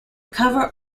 cover